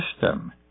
system